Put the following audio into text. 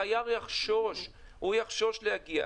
התייר יחשוש להגיע.